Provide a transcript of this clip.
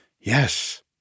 Yes